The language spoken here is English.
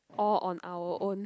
all on our own